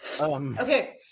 Okay